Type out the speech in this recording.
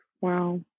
Wow